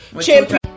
champion